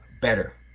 better